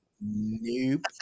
nope